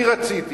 אני רציתי